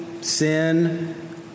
sin